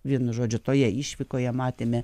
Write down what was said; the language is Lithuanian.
vienu žodžiu toje išvykoje matėme